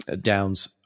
Downs